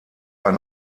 ein